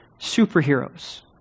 superheroes